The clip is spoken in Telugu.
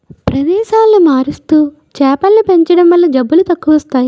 ప్రదేశాలను మారుస్తూ చేపలను పెంచడం వల్ల జబ్బులు తక్కువస్తాయి